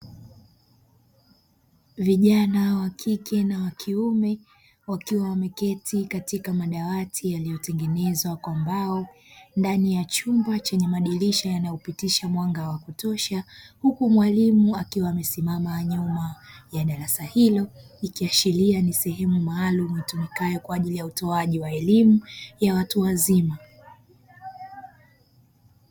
Vijana wa kike na wa kiume wakiwa wameketi katika madawati yaliyotengenezwa kwa mbao ndani ya chumba chenye madirisha yanayopitisha mwanga wa kutosha, huku mwalimu akiwa amesimama nyuma ya darasa hilo ikiashiria ni sehemu maalumu itumikayo kwa ajili ya utoaji wa elimu ya watu wazima.